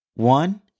One